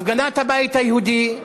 הפגנת הבית היהודי.